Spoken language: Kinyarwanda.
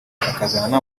akazana